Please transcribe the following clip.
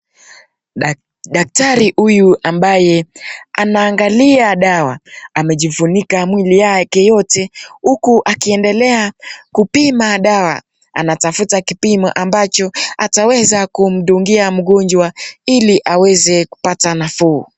Daktari huyu ambaye anaangalia dawa. Amejifunika mwili yake yote huku akiendelea kupima dawa. Anatafuta kipimo ambacho ataweza kumpimia mgonjwa ili aweze kupata nafuu.